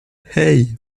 hey